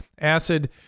acid